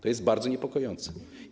To jest bardzo niepokojące.